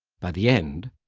by the end,